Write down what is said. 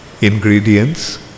ingredients